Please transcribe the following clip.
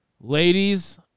ladies